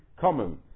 common